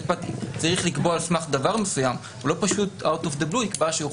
הוא צריך לקבוע על סמך דבר מסוים ולא סתם לקבוע שהוא אשם.